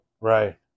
right